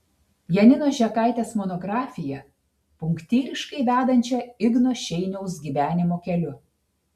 janinos žekaitės monografiją punktyriškai vedančią igno šeiniaus gyvenimo keliu